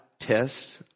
tests